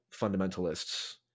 fundamentalists